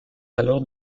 alors